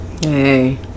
Hey